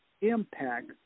impact